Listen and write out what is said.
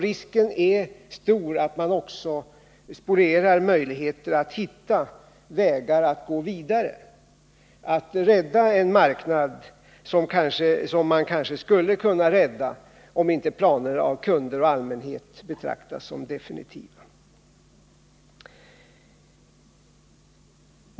Risken är stor att man också spolierar möjligheter att hitta vägar att gå vidare, att rädda en marknad som man kanske skulle kunna rädda om inte planerna av kunder och allmänhet betraktas som definitiva.